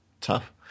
tough